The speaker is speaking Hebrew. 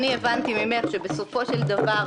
אני הבנתי ממך שבסופו של דבר,